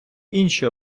інші